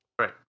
right